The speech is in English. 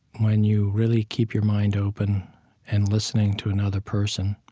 when you really keep your mind open and listening to another person